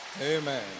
Amen